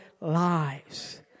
lives